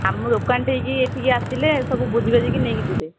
ଆମ ଦୋକାନଠିକି ଏଠିକି ଆସିଲେ ସବୁ ବୁଝିବାଝିକି ନେଇକି ଯିବେ